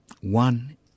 one